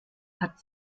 hat